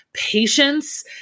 patience